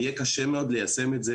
יהיה קשה מאוד ליישם את זה